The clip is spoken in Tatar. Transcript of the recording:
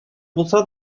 булса